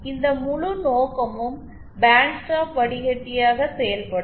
எனவே இந்த முழு நோக்கமும் பேண்ட் ஸ்டாப் வடிகட்டியாக செயல்படும்